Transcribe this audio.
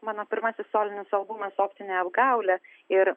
mano pirmasis solinis albumas optinė apgaulė ir